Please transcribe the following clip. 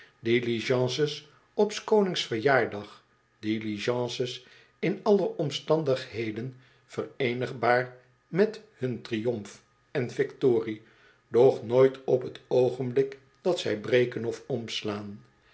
diligences op s konings verjaardag diligences in alle omstandigheden vereenigbaar met hun triumf en victorie doch nooit op t oogenblik dat zij breken of omslaan